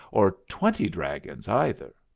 or twenty dragons, either.